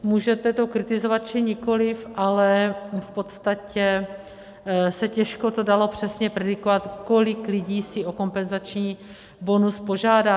Můžete to kritizovat, či nikoliv, ale v podstatě se těžko to dalo přesně predikovat, kolik lidí si o kompenzační bonus požádá.